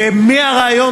ומהריאיון,